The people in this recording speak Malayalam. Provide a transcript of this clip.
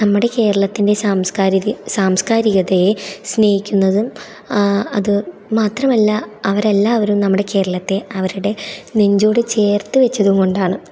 നമ്മുടെ കേരളത്തിൻ്റെ സാംസ്കാരിക സാംസ്കാരികതയെ സ്നേഹിക്കുന്നതും അതു മാത്രമല്ല അവരെല്ലാവരും നമ്മുടെ കേരളത്തെ അവരുടെ നെഞ്ചോടു ചേർത്ത് വെച്ചതു കൊണ്ടാണ്